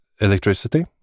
electricity